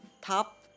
top